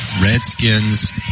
Redskins